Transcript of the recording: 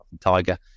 tiger